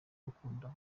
gukunda